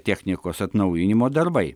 technikos atnaujinimo darbai